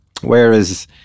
whereas